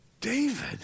David